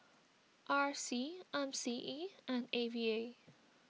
R C M C E and A V A